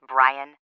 Brian